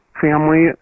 family